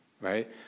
right